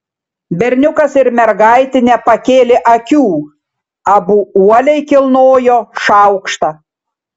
berniukas ir mergaitė nepakėlė akių abu uoliai kilnojo šaukštą